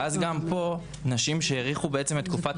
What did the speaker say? אז גם פה נשים שהאריכו בעצם את תקופת